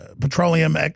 petroleum